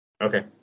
Okay